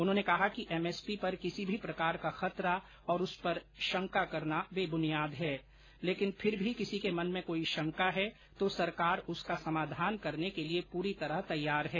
उन्होंने कहा कि एमएसपी पर किसी भी प्रकार का खतरा और उस पर शंका करना बेबुनियाद है लेकिन फिर भी किसी के मन में कोई शंका है तो सरकार उसका समाधान करने के लिए पूरी तरह तैयार है